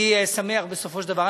אני שמח בסופו של דבר,